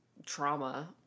trauma